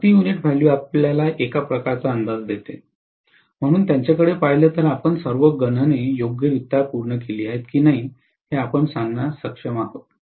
तर प्रति unit value आपल्याला एक प्रकारचा अंदाज देते म्हणून त्यांचेकडे पाहिले तर आपण सर्व गणने योग्यरित्या पूर्ण केली आहेत की नाही हे सांगण्यास सक्षम आहात